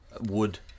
wood